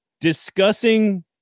Discussing